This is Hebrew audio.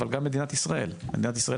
אבל גם מדינת ישראל שמפספסת